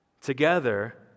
Together